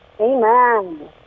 Amen